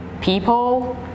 people